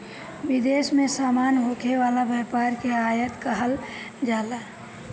विदेश में सामान होखे वाला व्यापार के आयात कहल जाला